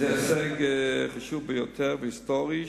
זה הישג חשוב ביותר והיסטורי,